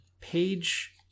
page